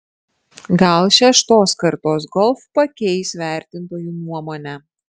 gal šeštos kartos golf pakeis vertintojų nuomonę